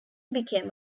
became